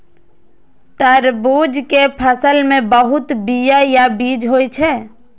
तरबूज के फल मे बहुत बीया या बीज होइ छै